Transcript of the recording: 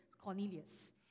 Cornelius